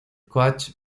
coach